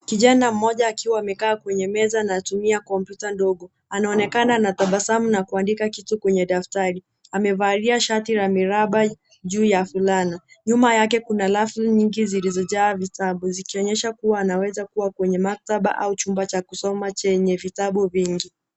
Kijana mmoja akiwa amekaa kwenye meza na anatumia kompyuta ndogo. Anaonekana anatabasamu na kuandika kitu kwenye daftari. Amevalia shati la miraba juu ya fulana. Nyuma yake kuna rafu nyingi zilizojaa vitabu, zikionyesha kuwa anaweza kuwa kwenye maktaba au chumba cha kusoma chenye vitabu vingi.